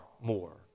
more